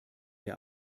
der